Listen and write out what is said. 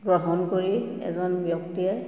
গ্ৰহণ কৰি এজন ব্যক্তিয়ে